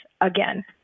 again